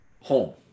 home